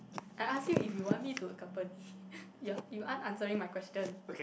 I ask him if you want me to accompany ya you aren't answering my question